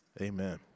Amen